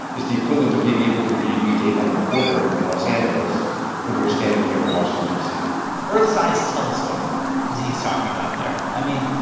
it's the equivalent of being able to read the date on a quarter in los angeles when we're standing here in washington, d c earth-sized telescope he's talking about there. i mean,